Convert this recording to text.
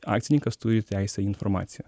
akcininkas turi teisę į informaciją